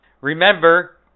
Remember